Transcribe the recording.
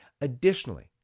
additionally